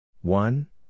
one